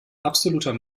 absoluter